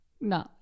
No